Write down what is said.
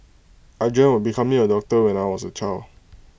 I dreamt of becoming A doctor when I was A child